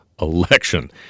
election